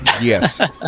Yes